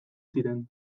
ziren